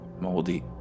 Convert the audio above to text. moldy